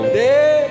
day